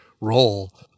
role